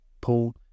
Paul